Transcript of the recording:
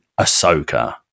Ahsoka